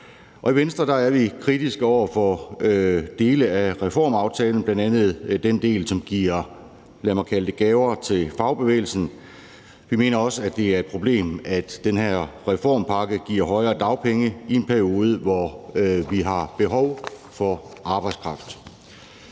i Venstre er vi kritiske over for dele af reformaftalen, bl.a. den del, som giver, lad mig kalde det gaver til fagbevægelsen. Vi mener også, det er et problem, at den her reformpakke giver højere dagpenge i en periode, hvor vi har behov for arbejdskraft.